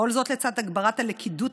וכל זאת לצד הגברת הלכידות